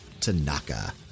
Tanaka